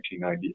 1998